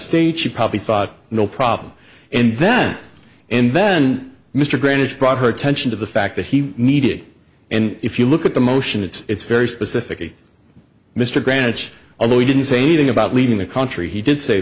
state she probably thought no problem and then and then mr greenwich brought her attention to the fact that he needed and if you look at the motion it's very specifically mr grant's although he didn't say meeting about leaving the country he did say